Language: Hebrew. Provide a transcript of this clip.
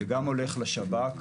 זה גם הולך לשב"כ,